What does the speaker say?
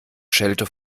schelte